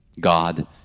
God